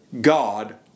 God